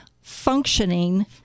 functioning